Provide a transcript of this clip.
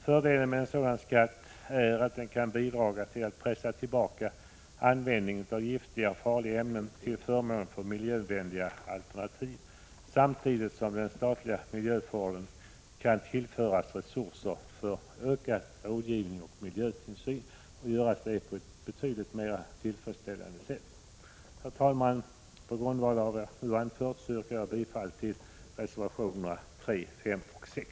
Fördelen med en sådan skatt är att den kan bidra till att pressa tillbaka användningen av giftiga och farliga ämnen till förmån för miljövänliga alternativ, samtidigt som den statliga miljövården kan tillföras resurser för ökad rådgivning och miljötillsyn och göra det på ett betydligt mera tillfredsställande sätt. Herr talman! På grundval av vad jag nu har anfört yrkar jag bifall till reservationerna 3, 5 och 6.